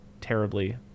terribly